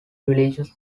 religious